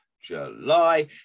July